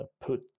put